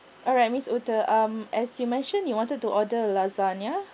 alright miss ute um as you mentioned you wanted to order lasagna